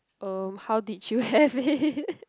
um how did you have it